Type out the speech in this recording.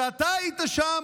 כשאתה היית שם,